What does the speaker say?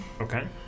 Okay